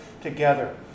together